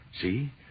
See